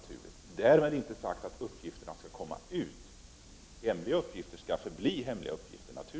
Därmed inte sagt att uppgifterna skall komma ut. Hemliga uppgifter skall givetvis förbli hemliga uppgifter.